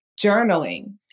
journaling